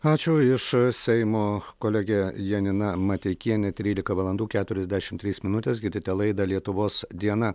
ačiū iš seimo kolegė janina mateikienė trylika valandų keturiasdešim trys minutės girdite laidą lietuvos diena